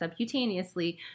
subcutaneously